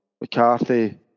McCarthy